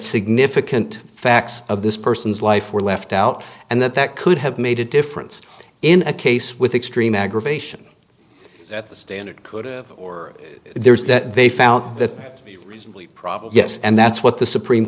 significant facts of this person's life were left out and that that could have made a difference in a case with extreme aggravation that the standard could or there's that they found that probably yes and that's what the supreme